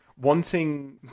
wanting